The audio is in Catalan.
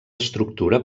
estructura